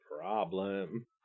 problem